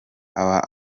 aba